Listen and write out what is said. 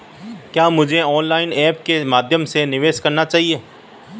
क्या मुझे online apps के माध्यम से निवेश करना चाहिए?